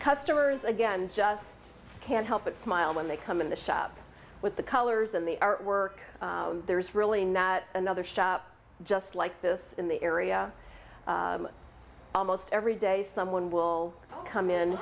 customers again just can't help but smile when they come in the shop with the colors in the artwork there's really not another shop just like this in the area almost every day someone will come in